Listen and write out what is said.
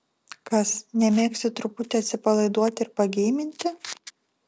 kas nemėgsti truputį atsipalaiduoti ir pageiminti